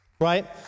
Right